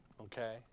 Okay